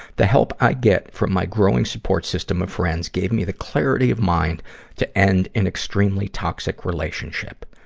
the help i get from my growing support system of friends gave me the clarity of mind to end an extremely toxic relationship.